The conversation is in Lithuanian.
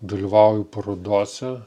dalyvauju parodose